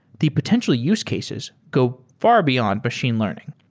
the potential use cases go far beyond machine learning,